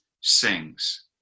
sings